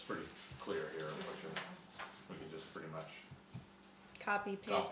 it's pretty clear pretty much copy